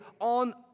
on